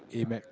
amex